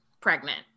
pregnant